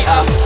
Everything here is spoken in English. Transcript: up